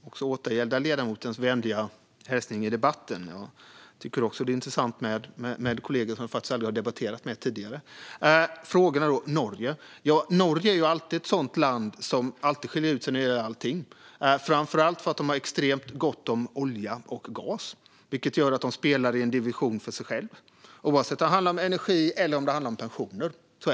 Herr talman! Jag får återgälda ledamotens vänliga hälsning i debatten. Jag tycker också att det är intressant med kollegor som jag aldrig har debatterat med tidigare. Till frågorna, och först den om Norge: Norge är ett land som alltid skiljer ut sig när det gäller allting, framför allt för att de har extremt gott om olja och gas, vilket gör att de spelar i en division för sig, oavsett om det handlar om energi eller pensioner.